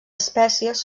espècies